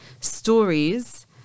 stories